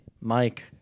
Mike